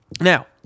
Now